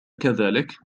كذلك